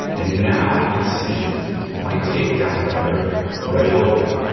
and now i can sneak my takedown lever right over it,